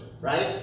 right